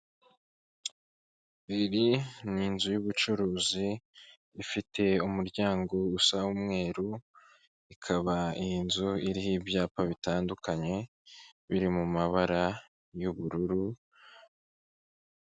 Biri ni inzu y'ubucuruzi, ifite umuryango usa umweru, ikaba iyi nzu iriho ibyapa bitandukanye biri mu mabara y'ubururu,,,